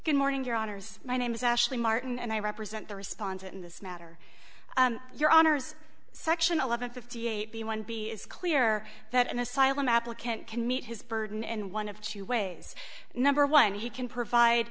good morning your honour's my name is ashley martin and i represent the respondent in this matter your honour's section eleven fifty eight b one b is clear that an asylum applicant can meet his burden and one of two ways number one he can provide